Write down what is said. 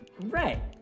Right